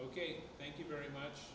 ok thank you very much